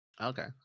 Okay